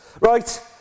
Right